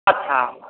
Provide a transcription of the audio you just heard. अच्छा